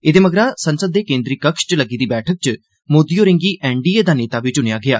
एह्दे मगरा संसद दे केन्द्री कक्ष च लग्गी दी बैठक च मोदी होरें'गी एनडीए दा नेता बी चुनेआ गेआ